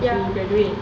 ya